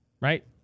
right